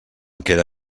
queda